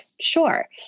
Sure